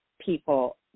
people